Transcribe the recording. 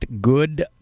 good